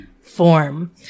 form